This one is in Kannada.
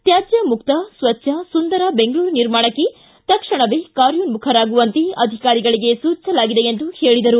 ತ್ಯಾಜ್ಯ ಮುಕ್ತ ಸ್ವಚ್ದ ಸುಂದರ ಬೆಂಗಳೂರು ನಿರ್ಮಾಣಕ್ಕೆ ತಕ್ಷಣವೇ ಕಾರ್ಯೋನ್ಮಖರಾಗುವಂತೆ ಅಧಿಕಾರಿಗಳಿಗೆ ಸೂಚಿಸಲಾಗಿದೆ ಎಂದರು